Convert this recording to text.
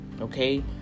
Okay